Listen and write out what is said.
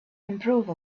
improve